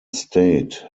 state